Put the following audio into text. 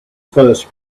first